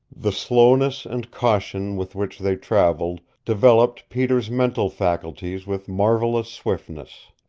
the slowness and caution with which they traveled developed peter's mental faculties with marvelous swiftness.